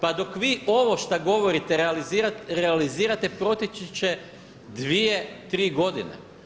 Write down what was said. Pa dok vi ovo što govorite realizirate proteći će 2, 3 godine.